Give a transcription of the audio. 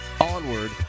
onward